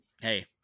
hey